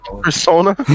Persona